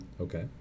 Okay